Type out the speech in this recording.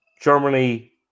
Germany